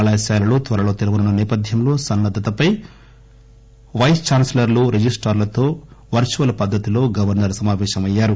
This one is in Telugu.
కళాశాలలు త్వరలో తెరవనున్న నేపథ్యంలో సన్నద్దతపై వైస్ ఛాన్సలర్ణు రిజిస్టార్ణుతో వర్చువల్ పద్దతిలో గవర్నర్ సమావేశమయ్యారు